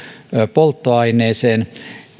polttoaineeseen